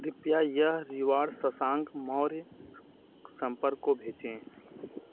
कृपया यह रिवॉर्ड शशांक मौर्य सम्पर्क को भेजें